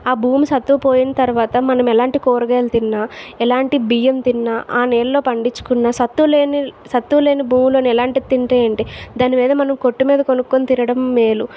ఆ భూమి సత్తువ పోయిన తర్వాత మనం ఎలాంటి కూరగాయలు తిన్న ఎలాంటి బియ్యం తిన్న ఆ నెలలో పండించుకున్న సత్తులేని సత్తులేని భూములను ఎలాంటి తింటే ఏంటి దాని మీద మనం కొట్టు మీద కొనుక్కొని తినడం మేలు